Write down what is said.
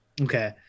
Okay